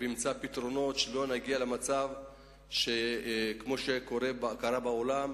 וימצא פתרונות כדי שלא נגיע למצב שקרה בעולם,